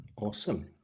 awesome